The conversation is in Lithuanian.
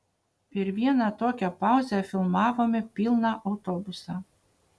per vieną tokią pauzę filmavome pilną autobusą